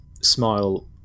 smile